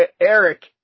Eric